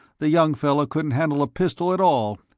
the young fellow couldn't handle a pistol at all.